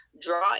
draw